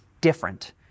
different